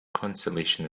consolation